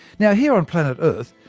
now here on planet earth,